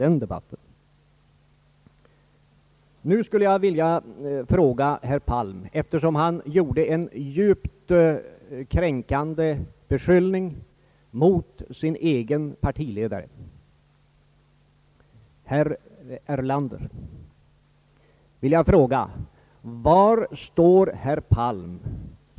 Eftersom herr Palm gjorde en djupt kränkande beskyllning mot sin egen partiledare, herr Erlander, skulle jag vilja fråga herr Palm: Var står herr Palm?